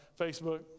Facebook